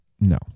No